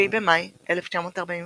7 במאי 1948